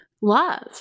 love